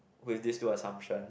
with these two assumptions